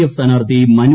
F സ്ഥാനാർത്ഥി മനു